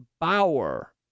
Bauer